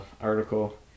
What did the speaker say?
article